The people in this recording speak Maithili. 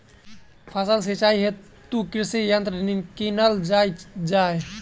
फसलक सिंचाई हेतु केँ कृषि यंत्र कीनल जाए?